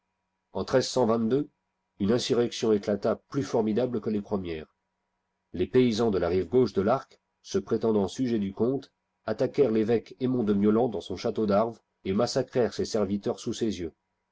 en une insurrection éclata plus formidable que les premières les paysans de la rive gauche de l'arc se prétendant sujets du comte attaquèrent l'évoque aymon do miolans dans son château d'arves et massacrèrent ses serviteurs sous ses yeux